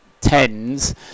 tens